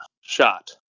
shot